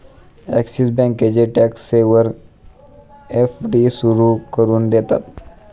axis बँकेचे tax saver FD सुरू करून देतात